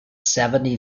seventy